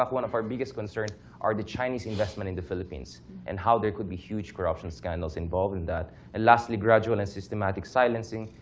one of our biggest concerns are the chinese investments in the philippines and how there could be huge corruption scandals involving that. lastly, gradual and systematic silencing,